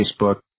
Facebook